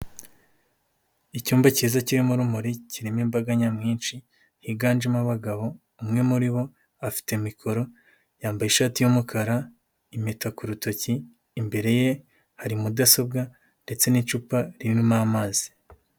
Urwego rw'igihugu rushinzwe umutekano ruba rugomba guta muri yombi buri wese ukekwaho icyaha kugira ngo ababikora babe babicikaho burundu, mu banyarwanda twese tugomba gusobanukirwa neza ko gukora icyaha bihanwa n'amategeko ikindi kandi tugasobanukirwa ko kwirinda gukora ibyaha bituma tubana mu mahoro.